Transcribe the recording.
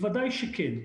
בוודאי שכן.